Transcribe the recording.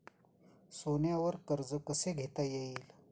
सोन्यावर कर्ज कसे घेता येईल?